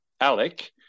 Alec